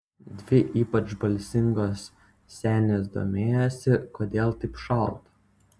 dvi ypač balsingos senės domėjosi kodėl taip šalta